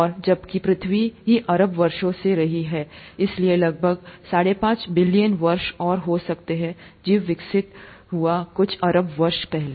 और जबकि पृथ्वी ही अरबों वर्षों से रही है इसलिएलगभग 45 बिलियन वर्ष और हो सकता है जीवन विकसित हुआ कुछ अरब वर्ष पहले